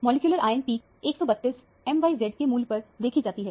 molecular ion peak 132mz के मूल्य पर देखी जाती है